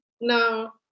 No